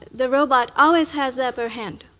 the robot always has the upper hand.